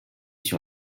sur